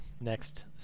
next